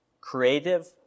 creative